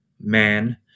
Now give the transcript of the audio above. man